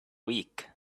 week